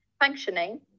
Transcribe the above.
functioning